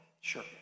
Sure